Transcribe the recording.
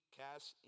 cast